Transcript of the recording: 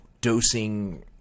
dosing